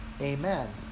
Amen